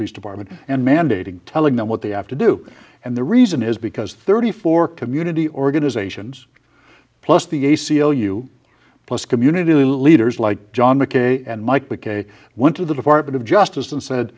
police department and mandating telling them what they have to do and the reason is because thirty four community organizations plus the a c l u plus community leaders like john mckay and mike mckay went to the department of justice and said